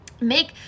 make